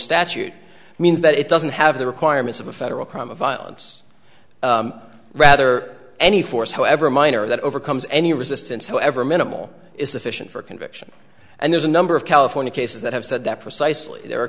statute means that it doesn't have the requirements of a federal crime of violence rather any force however minor that overcomes any resistance however minimal is sufficient for conviction and there's a number of california cases that have said that precisely there are